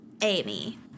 Amy